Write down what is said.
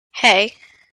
hey